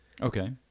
Okay